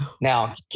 Now